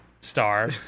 star